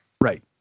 Right